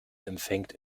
empfängt